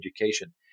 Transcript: education